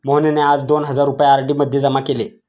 मोहनने आज दोन हजार रुपये आर.डी मध्ये जमा केले